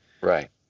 Right